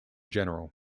general